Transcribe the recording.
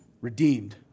redeemed